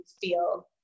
feel